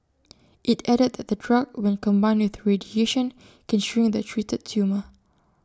IT added that the drug when combined with radiation can shrink the treated tumour